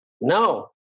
no